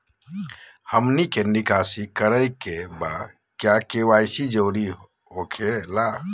हमनी के निकासी करे के बा क्या के.वाई.सी जरूरी हो खेला?